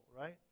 right